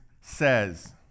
says